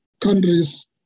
countries